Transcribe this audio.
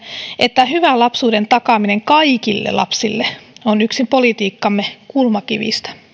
että hyvän lapsuuden takaaminen kaikille lapsille on yksi politiikkamme kulmakivistä